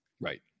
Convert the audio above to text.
Right